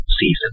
season